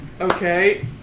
Okay